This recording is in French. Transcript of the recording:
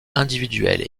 individuelles